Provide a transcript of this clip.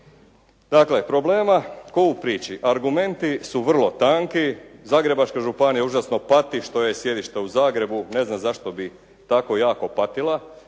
Dakle, problema ko u priči, argumenti su vrlo tanki, Zagrebačka županija užasno pati što je sjedište u Zagrebu, ne znam zašto bi tako jako patila.